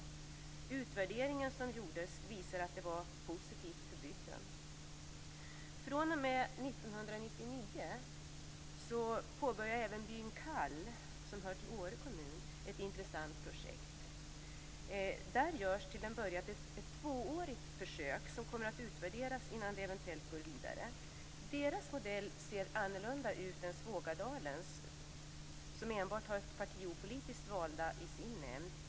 Den utvärdering som gjorts visar att detta är positivt för bygden. 1999 påbörjar även byn Kall, som hör till Åre kommun, ett intressant projekt. Där görs till en början ett tvåårigt försök som kommer att utvärderas innan man eventuellt går vidare. Där ser modellen annorlunda ut än i Svågadalen, som har enbart partiopolitiskt valda i sin nämnd.